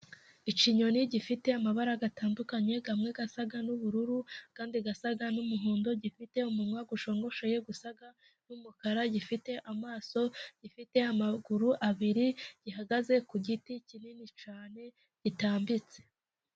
Ikinyoni gifite amabara atandukanye; amwe asa n'ubururu andi asa n'umuhondo, gifite umunwa usongoye, usa n'umukara, gifite amaso, gifite amaguru abiri, gihagaze ku giti kinini cyane gitambitse